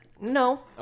No